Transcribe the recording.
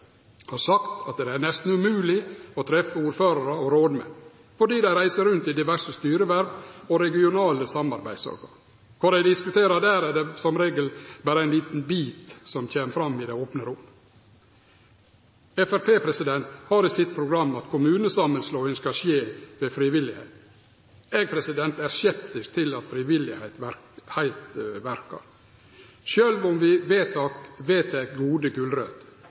har sagt at det nesten er umogleg å treffe ordførarar og rådmenn fordi dei reiser rundt på grunn av diverse styreverv og regionale samarbeidsorgan. Av det dei diskuterer der, er det som regel berre litt som kjem fram i det opne rom. Framstegspartiet har i programmet sitt at kommunesamanslåing skal skje frivillig. Eg er skeptisk til at frivilligheit verkar, sjølv om vi vedtek